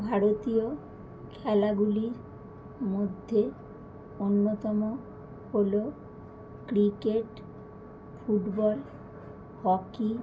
ভারতীয় খেলাগুলির মধ্যে অন্যতম হল ক্রিকেট ফুটবল হকি